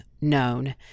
known